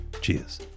Cheers